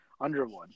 Underwood